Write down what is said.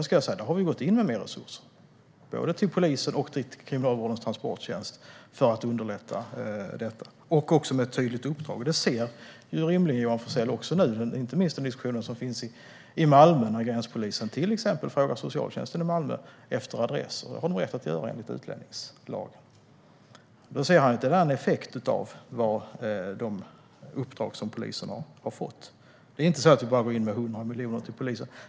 Vi har gått in med mer resurser och ett tydligt uppdrag, både till polisen och till Kriminalvårdens transporttjänst, för att underlätta detta. Det ser rimligen Johan Forssell också nu, inte minst när det gäller diskussionen i Malmö om gränspolisen, som till exempel frågar socialtjänsten i Malmö om adresser. Det har de rätt att göra enligt utlänningslagen. Det är en effekt av det uppdrag som polisen har fått. Vi går inte bara in med 100 miljoner till polisen.